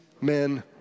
men